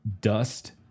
dust